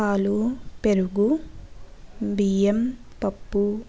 పాలు పెరుగు బియ్యం పప్పు